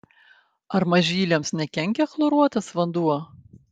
ar mažyliams nekenkia chloruotas vanduo